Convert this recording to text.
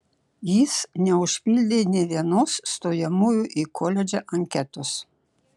jis neužpildė nė vienos stojamųjų į koledžą anketos